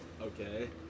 Okay